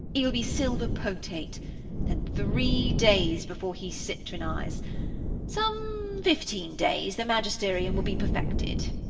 he will be silver potate then three days before he citronise some fifteen days, the magisterium will be perfected.